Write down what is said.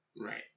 Right